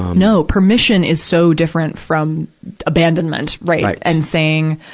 no. permission is so different from abandonment, right, and saying,